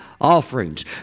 offerings